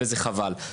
וזה חבל.